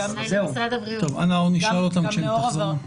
אנחנו נשאל את נציגות משרד הבריאות כשהן תחזורנה.